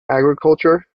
agriculture